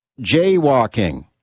Jaywalking